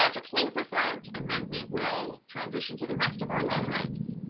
um to close us out, and then we will transition to the rest of our lives.